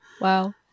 wow